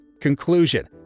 Conclusion